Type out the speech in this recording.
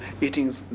eating